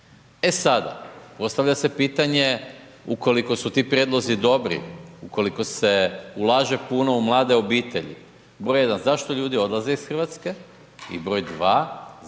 E sada, postavlja se pitanje ukoliko su ti prijedlozi dobri, ukoliko se ulaže puno u mlade obitelji, pod br. 1. zašto ljudi odlaze iz Hrvatske i br. 2 zbog čega demografska